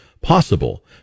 possible